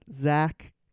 Zach